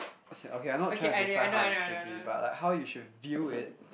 as in okay I'm not trying to define how it should be but how you should feel it